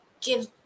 give